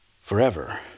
forever